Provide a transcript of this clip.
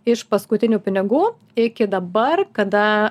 iš paskutinių pinigų iki dabar kada